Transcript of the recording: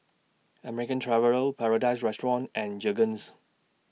American Traveller Paradise Restaurant and Jergens